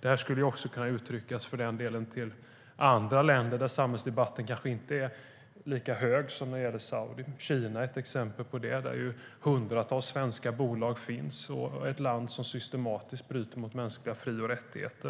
Det här skulle för den delen också kunna sägas om andra länder som kanske inte är lika uppmärksammade i samhällsdebatten som Saudiarabien. Ett exempel är Kina, där hundratals svenska bolag finns. Det är ett land som systematiskt bryter mot mänskliga fri och rättigheter.